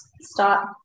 start